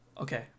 Okay